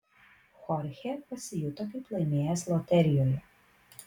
chorchė pasijuto kaip laimėjęs loterijoje